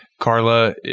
Carla